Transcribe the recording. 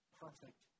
perfect